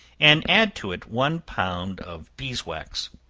and add to it one pound of beeswax,